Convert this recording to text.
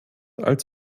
als